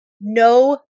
No